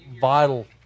vital